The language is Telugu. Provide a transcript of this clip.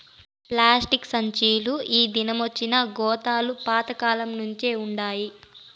ప్లాస్టిక్ సంచీలు ఈ దినమొచ్చినా గోతాలు పాత కాలంనుంచే వుండాయి